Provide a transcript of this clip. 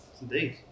Indeed